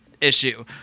issue